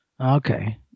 Okay